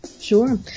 Sure